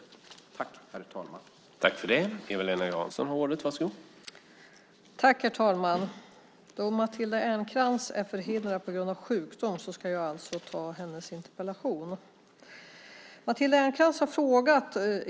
Då Matilda Ernkrans, som framställt interpellationen, anmält att hon var förhindrad att närvara vid sammanträdet medgav förste vice talmannen att Eva-Lena Jansson i stället fick delta i överläggningen.